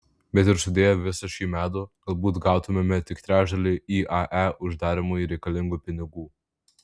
bet ir sudėję visą šį medų galbūt gautumėme tik trečdalį iae uždarymui reikalingų pinigų